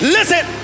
Listen